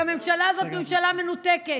כי הממשלה הזאת היא ממשלה מנותקת.